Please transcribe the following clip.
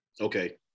Okay